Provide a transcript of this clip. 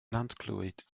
nantclwyd